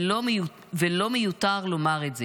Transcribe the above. ולא מיותר לומר את זה.